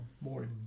more